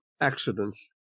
Accidents